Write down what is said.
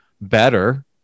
Better